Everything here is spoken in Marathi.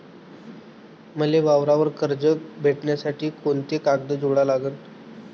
मले वावरावर कर्ज भेटासाठी कोंते कागद जोडा लागन?